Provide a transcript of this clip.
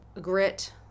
grit